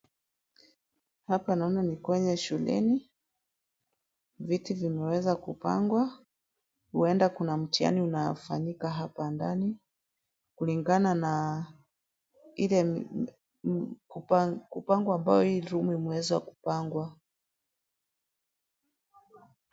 Hapa naona ni kwenye shuleni, viti vimeweza kupangwa. Huenda kuna mtihani unaofanyika hapa ndani. Kulingana na ile kupangwa ambayo hii room imeweza kupangwa.